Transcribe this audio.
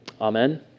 Amen